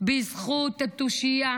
בזכות התושייה